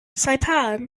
saipan